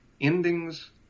Endings